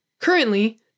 Currently